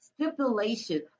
stipulation